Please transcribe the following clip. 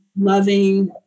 loving